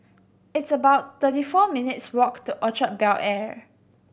it's about thirty four minutes' walk to Orchard Bel Air